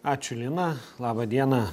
ačiū lina laba diena